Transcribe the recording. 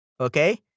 Okay